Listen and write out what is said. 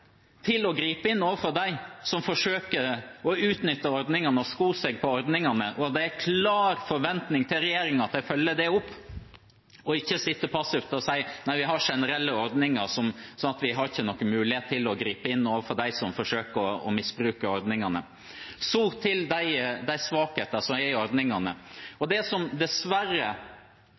til å gripe inn overfor dem som forsøker å utnytte og sko seg på ordningene, og det er en klar forventning til regjeringen om at de følger opp det, og ikke sitter passive og sier at de har generelle ordninger, sånn at de ikke har noen mulighet til å gripe inn overfor dem som forsøker å misbruke ordningene. Så til de svakhetene som er i ordningene: